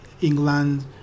england